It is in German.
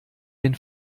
den